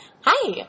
Hi